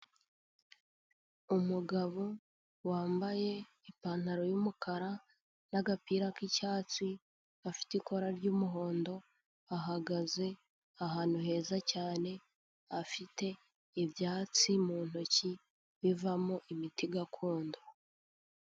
Umugabo wambaye ipantaro y'umukara n'agapira k'icyatsi gafite ikora ry'umuhondo, ahagaze ahantu heza cyane, afite ibyatsi mu ntoki bivamo imiti gakondo.